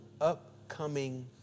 upcoming